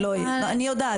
אין מה לדון בזה.